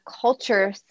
culture